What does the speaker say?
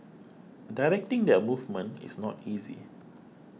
directing their movement is not easy